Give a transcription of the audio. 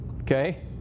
Okay